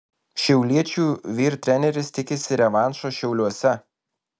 šiauliečių vyr treneris tikisi revanšo šiauliuose